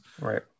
Right